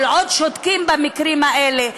כל עוד שותקים במקרים האלה,